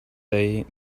day